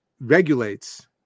regulates